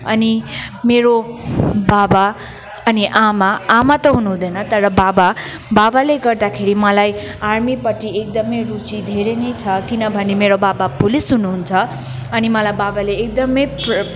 अनि मेरो बाबा अनि आमा आमा त हुनुहुँदैन तर बाबा बाबाले गर्दाखेरि मलाई आर्मीपट्टि एकदमै रुचि धेरै नै छ किनभने मेरो बाबा पुलिस हुनुहुन्छ अनि मलाई बाबाले एकदमै प्र